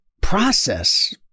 process